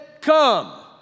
come